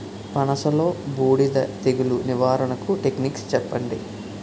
పనస లో బూడిద తెగులు నివారణకు టెక్నిక్స్ చెప్పండి?